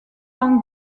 van